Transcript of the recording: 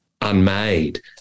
unmade